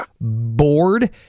bored